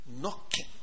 Knocking